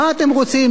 מה אתם רוצים,